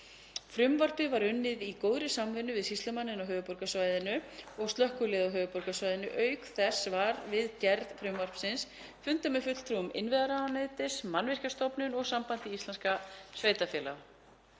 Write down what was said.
Frumvarpið var unnið í góðri samvinnu við sýslumanninn á höfuðborgarsvæðinu og slökkviliðið á höfuðborgarsvæðinu. Auk þess var við gerð frumvarpsins fundað með fulltrúum innviðaráðuneytis, Mannvirkjastofnunar og Sambands íslenskra sveitarfélaga.